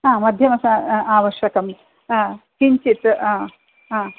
हा मधमका आ आवश्यकम् हा किञ्चित् हा आ